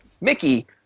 Mickey